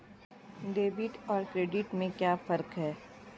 Debit और credit में क्या फर्क है?